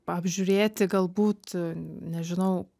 apžiūrėti galbūt nežinau